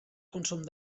consum